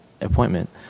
appointment